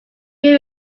who